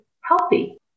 healthy